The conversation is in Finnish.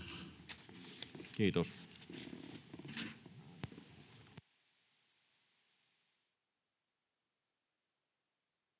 Kiitos.